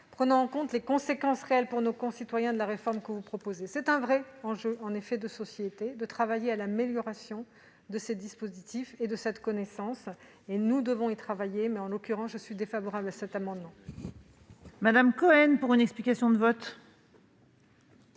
prenant en compte les conséquences réelles pour nos concitoyens de la réforme que vous proposez. C'est un vrai enjeu de société que de travailler à l'amélioration de ces dispositifs et de cette connaissance ; nous devons y travailler. Cela dit, en l'occurrence, je suis défavorable à cet amendement. La parole est à Mme Laurence Cohen, pour explication de vote.